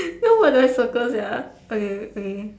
so what do I circle sia okay K okay K